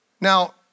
Now